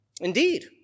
Indeed